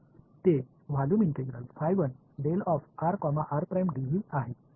तर ते आहे